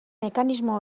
mekanismo